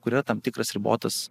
kur yra tam tikras ribotas